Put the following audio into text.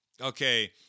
Okay